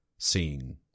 seeing